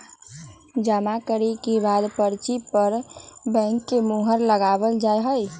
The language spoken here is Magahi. जमा करे के बाद पर्ची पर बैंक के मुहर लगावल जा हई